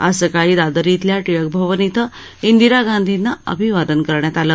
आज सकाळी दादर इथल्या टिळक भवन इथं इंदिरा गांधीना अभिवादन करण्यात आलं